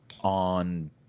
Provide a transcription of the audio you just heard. on